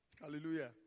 Hallelujah